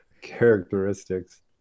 characteristics